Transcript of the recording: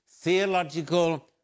theological